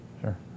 sure